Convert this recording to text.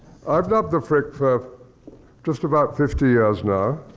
i've loved the frick for just about fifty years now,